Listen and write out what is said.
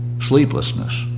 sleeplessness